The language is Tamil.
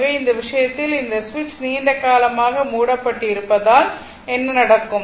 எனவே இந்த விஷயத்தில் இந்த சுவிட்ச் நீண்ட காலமாக மூடப்பட்டிருப்பதால் என்ன நடக்கும்